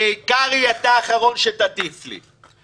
קרעי, אתה האחרון שתטיף לי.